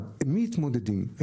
את מי מעודדים?